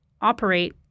operate